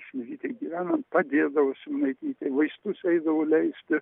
simonaitytei gyvenant padėdavo simonaitytei vaistus eidavo leisti